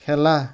খেলা